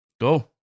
go